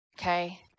Okay